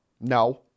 No